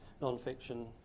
non-fiction